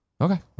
Okay